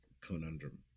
conundrum